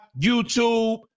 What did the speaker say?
YouTube